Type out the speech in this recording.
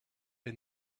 est